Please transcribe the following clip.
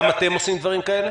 גם אתם עושים דברים כאלה?